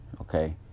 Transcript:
okay